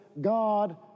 God